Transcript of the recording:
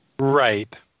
Right